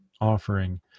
offering